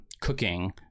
cooking